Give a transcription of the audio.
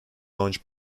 launch